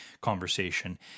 conversation